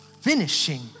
finishing